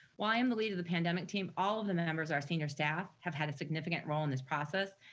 well, i am the lead of the pandemic team. all of the members, our senior staff, have had a significant role in this process,